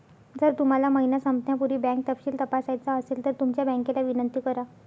जर तुम्हाला महिना संपण्यापूर्वी बँक तपशील तपासायचा असेल तर तुमच्या बँकेला विनंती करा